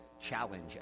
challenge